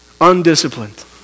undisciplined